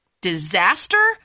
disaster